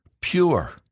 pure